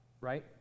right